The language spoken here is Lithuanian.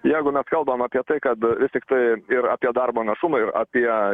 jeigu mes kalbam apie tai kad vis tiktai ir apie darbo našumą ir apie